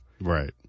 Right